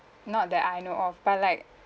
not that I know of but like